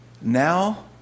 now